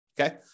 okay